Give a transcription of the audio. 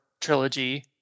trilogy